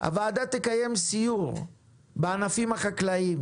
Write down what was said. הוועדה תקיים סיור בענפים החקלאיים